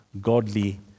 godly